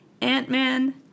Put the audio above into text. Ant-Man